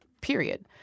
period